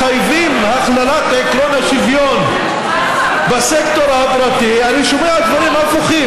כי אני מכירה את "הלב"; הייתי שם מלא פעמים,